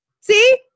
See